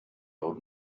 old